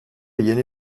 yeni